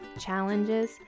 challenges